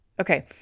Okay